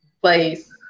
place